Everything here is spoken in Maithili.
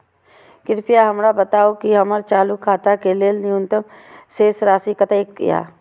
कृपया हमरा बताबू कि हमर चालू खाता के लेल न्यूनतम शेष राशि कतेक या